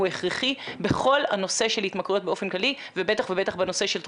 הוא הכרחי בכל הנושא של התמכרויות באופן